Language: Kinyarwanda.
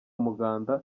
umuganda